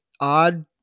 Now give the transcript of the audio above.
odd